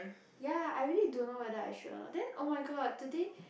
ya I really don't know whether I should or not then oh-my-god today